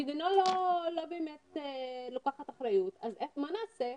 המדינה לא באמת לוקחת אחריות, אז מה נעשה?